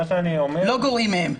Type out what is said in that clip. לא גורעים מהם.